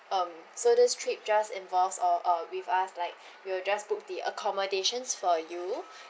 um so this trip just involves all uh with us like we will just book the accommodations for you